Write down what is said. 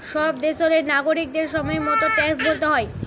সব দেশেরই নাগরিকদের সময় মতো ট্যাক্স ভরতে হয়